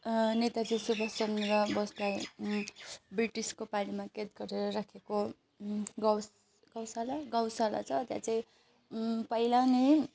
नेताजी सुभाषचन्द्र बोसलाई ब्रिटिसको पालिमा कैद गरेर राखेको गौस गौशाला गौशाला छ त्यहाँ चाहिँ पहिला नै